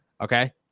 Okay